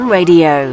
Radio